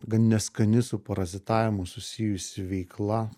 gan neskani su parazitavimu susijusi veikla